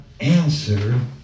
answer